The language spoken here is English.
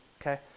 Okay